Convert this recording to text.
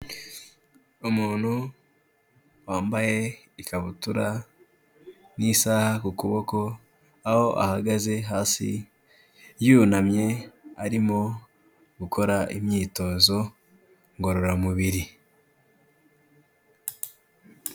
Umuntu wambaye ikabutura n'isaha ku kuboko, aho ahagaze hasi yunamye arimo gukora imyitozo ngororamubiri.